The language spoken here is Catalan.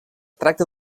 tracta